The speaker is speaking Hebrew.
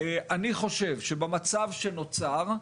אני חושב שבמצב שנוצר,